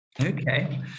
Okay